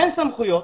אין סמכויות,